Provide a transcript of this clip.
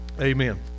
amen